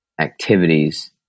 activities